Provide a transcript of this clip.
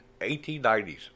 1890s